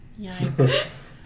Yikes